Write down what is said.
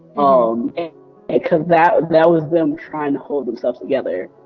um because that, that was them trying to hold themselves together.